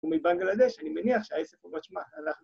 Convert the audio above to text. ומבנגלדש, אני מניח שהעסק פה בוא תשמע, אנחנו...